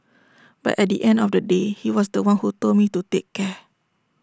but at the end of the day he was The One who told me to take care